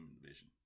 division